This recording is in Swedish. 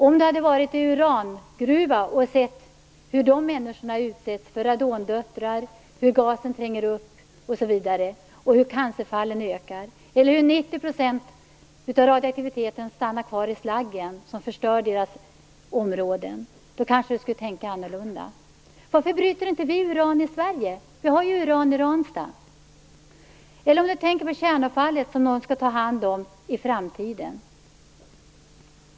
Om han hade varit i en urangruva och sett hur de som arbetar där utsätts för radondöttrar, gas som tränger upp osv., om han sett hur cancerfallen ökar och att 90 % av radioaktiviteten stannar kvar i den slagg som förstör deras miljö, då kanske han skulle tänka annorlunda. Varför bryter vi inte uran i Sverige? Vi har ju uran i Ranstad. Tänk på kärnavfallet, som någon skall ta hand om i framtiden!